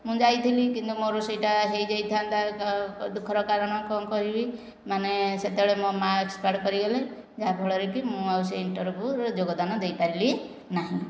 ମୁଁ ଯାଇଥିଲି କିନ୍ତୁ ମୋର ସେହିଟା ହୋ ଇଯାଇଥାନ୍ତା ଦୁଃଖର କାରଣ କ'ଣ କରିବି ମାନେ ସେତେବେଳେ ମୋ ମା ଏକ୍ସପୟାର୍ଡ଼ କରିଗଲେ ଯାହାଫଳରେ କି ମୁଁ ଆଉ ସେ ଇଣ୍ଟରଭ୍ୟୁ ରେ ଯୋଗଦାନ ଦେଇପାରିଲି ନାହିଁ